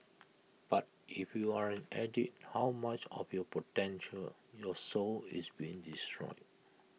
but if you're an addict how much of your potential your soul is being destroyed